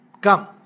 Come